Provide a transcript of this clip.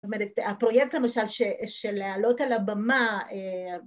‫זאת אומרת, הפרויקט, למשל, ‫של להעלות על הבמה...